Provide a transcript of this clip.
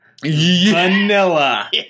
vanilla